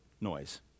noise